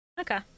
Okay